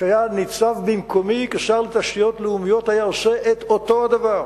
שהיה ניצב במקומי כשר לתשתיות לאומיות היה עושה את אותו דבר,